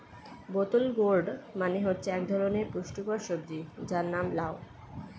বোতল গোর্ড মানে হচ্ছে এক ধরনের পুষ্টিকর সবজি যার নাম লাউ